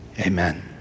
Amen